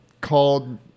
called